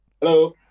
Hello